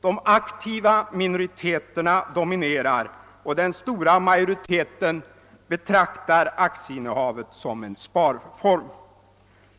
De aktiva minoriteterna dominerar, och den stora majoriteten betraktar aktieinnehavet som en sparform.